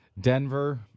Denver